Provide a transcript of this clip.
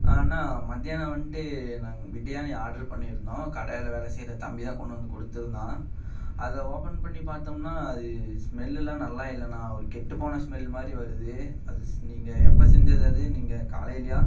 ஆ அண்ணா மத்தியானம் வந்துட்டு நாங்கள் பிரியாணி ஆர்ட்ரு பண்ணியிருந்தோம் கடையில் வேலை செய்யற தம்பி தான் கொண்டு வந்து கொடுத்துருந்தான் அதை ஓப்பன் பண்ணி பார்த்தோம்னா அது ஸ்மெல்லெலாம் நல்லா இல்லைண்ணா ஒரு கெட்டுப்போன ஸ்மெல் மாதிரி வருது அது ஸ் நீங்கள் எப்போ செஞ்சது அது நீங்கள் காலையிலையா